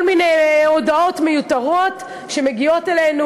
כל מיני הודעות מיותרות שמגיעות אלינו,